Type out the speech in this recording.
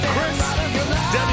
Chris